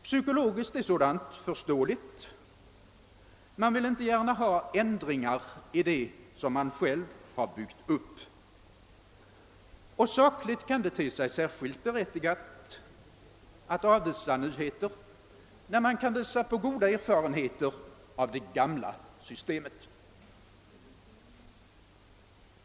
Psykologiskt är sådant förståeligt — man vill inte gärna ha ändringar i det som man själv har byggt upp — och sakligt kan det te sig särskilt berättigat att avvisa nyheter när man kan peka på goda erfarenheter av det gamla systemet.